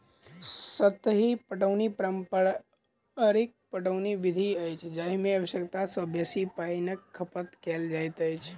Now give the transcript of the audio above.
सतही पटौनी पारंपरिक पटौनी विधि अछि जाहि मे आवश्यकता सॅ बेसी पाइनक खपत कयल जाइत अछि